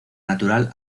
natural